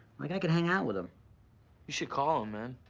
like i could hang out with him. you should call him, man.